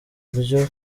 buryo